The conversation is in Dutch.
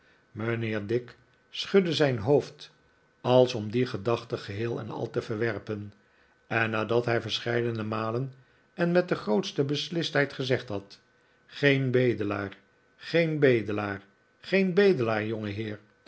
mijnheer dick schudde zijn hoofd als om die gedachte geheel en al te verwerpen en nadat hij verscheidene malen en met de grootste beslistheid gezegd had geen bedelaar geen bedelaar geen bedelaar